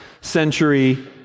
century